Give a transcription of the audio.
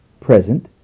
present